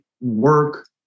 work